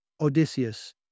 Odysseus